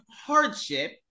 hardship